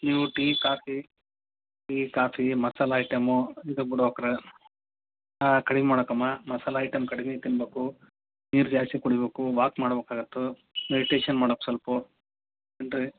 ನೀವು tea coffee tea coffee masala item ಇದು ಬಿಡ್ಬೊಕ್ ರೀ ಹಾಂ ಕಡ್ಮೆ ಮಾಡ್ಬಕಮ್ಮ ಮಸಾಲ ಐಟಮ್ ಕಡ್ಮೆ ತಿನ್ನಬೇಕು ನೀರು ಜಾಸ್ತಿ ಕುಡಿಬೇಕು ವಾಕ್ ಮಾಡ್ಬೇಕಾಗತ್ತೆ ಮೆಡಿಟೇಶನ್ ಮಾಡಕೆ ಸ್ವಲ್ಪ ಹ್ಞೂಂ ರೀ